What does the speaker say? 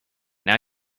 now